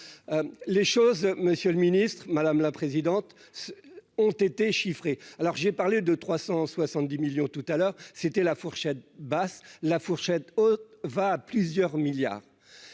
les choses, monsieur le Ministre, madame la présidente, ont été chiffrés, alors j'ai parlé de 370 millions tout à l'heure, c'était la fourchette basse, la fourchette haute va plusieurs milliards